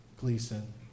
Gleason